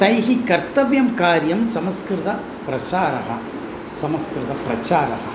तैः कर्तव्यं कार्यं संस्कृतप्रसारः संस्कृतप्रचारः